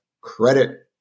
credit